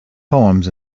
poems